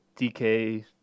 DK